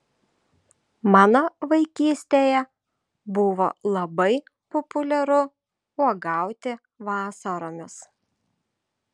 mano vaikystėje buvo labai populiaru uogauti vasaromis